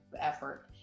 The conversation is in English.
effort